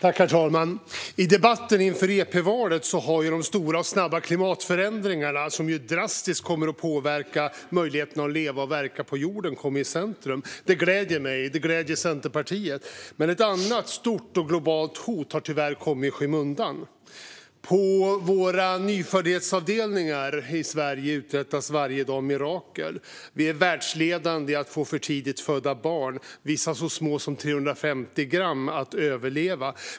Herr talman! I debatten inför EP-valet har de stora och snabba klimatförändringarna, som drastiskt kommer att påverka möjligheterna att leva och verka på jorden, kommit i centrum. Det gläder mig och Centerpartiet. Men ett annat stort och globalt hot har tyvärr kommit i skymundan. På våra nyföddhetsavdelningar i Sverige uträttas varje dag mirakel. Vi är världsledande när det gäller att få för tidigt födda barn, vissa så små som 350 gram, att överleva.